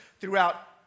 throughout